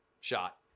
shot